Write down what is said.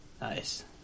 Nice